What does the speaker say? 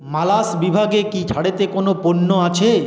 মালাস বিভাগে কি ছাড়েতে কোনও পণ্য আছে